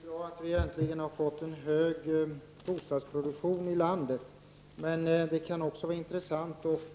Herr talman! Det är bra att vi äntligen har fått en hög bostadsproduktion i landet. Men det kan också vara intressant att